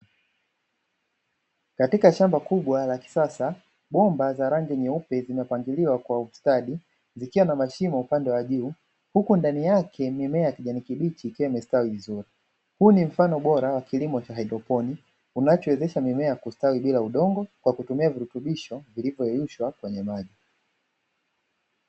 Katika shamba kubwa la kisasa bomba za rangi nyeupe zimepangiliwa kwa ustadi zikiwa na mashimo upande wa juu, huku ndani yake mimea ya kijani kibichi ikiwa kimestawi vizuri. Huu ni mfano bora wa kilimo cha hydroponi unachowezesha mimea kustawi bila udongo kwa kutumia virutubisho vilivyoyeyushwa kwenye maji.